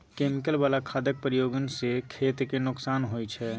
chemical बला खादक प्रयोग सँ खेत केँ नोकसान होइ छै